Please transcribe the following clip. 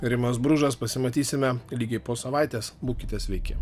rimas bružas pasimatysime lygiai po savaitės būkite sveiki